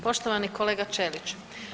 Poštovani kolega Ćelić.